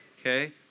Okay